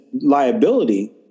liability